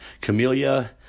camellia